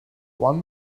one